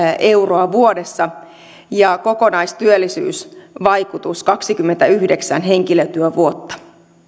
euroa vuodessa ja kokonaistyöllisyysvaikutus kaksikymmentäyhdeksän henkilötyövuotta